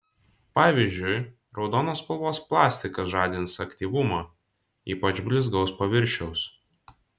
pavyzdžiui raudonos spalvos plastikas žadins aktyvumą ypač blizgaus paviršiaus